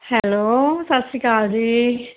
hello ਸਤਿ ਸ਼੍ਰੀ ਅਕਾਲ ਜੀ